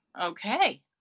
okay